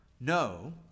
no